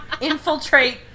infiltrate